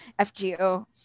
FGO